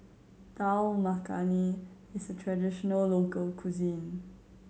Dal Makhani is a traditional local cuisine